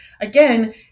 again